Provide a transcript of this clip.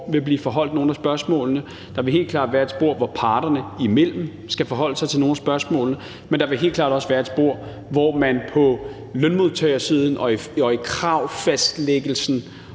vil blive foreholdt nogle af spørgsmålene, der vil helt klart være et spor, hvor parterne imellem skal forholde sig til nogle af spørgsmålene, men der vil helt klart også være et spor, hvor man på lønmodtagersiden og i kravfastlæggelsen